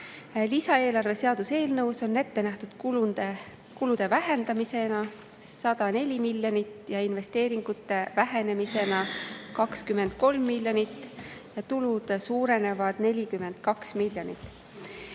Lisaeelarve seaduse eelnõus on ette nähtud kulude vähendamine 104 miljoni eurot ja investeeringute vähenemine 23 miljonit eurot. Tulud suurenevad 42 miljonit